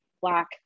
black